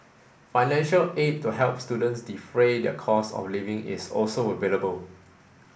financial aid to help students defray their costs of living is also available